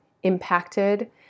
Impacted